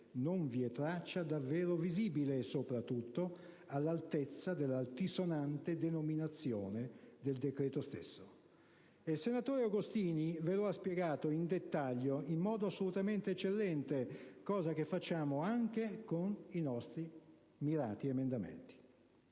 non vi è traccia davvero visibile e, soprattutto, all'altezza dell'altisonante denominazione del decreto stesso - il senatore Agostini lo ha spiegato in dettaglio, in modo assolutamente eccellente, cosa che facciamo anche con i nostri mirati emendamenti